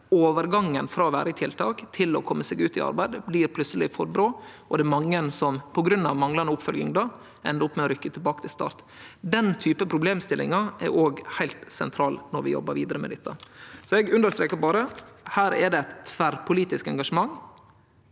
Overgangen frå å vere i tiltak til å kome seg ut i arbeid blir plutseleg for brå, og det er mange som på grunn av manglande oppfølging endar opp med å rykkje tilbake til start. Den typen problemstillingar er òg heilt sentral når vi jobbar vidare med dette. Eg understrekar berre: Her er det eit tverrpolitisk engasjement.